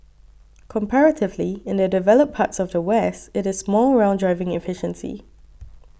comparatively in the developed parts of the West it is more around driving efficiency